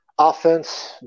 offense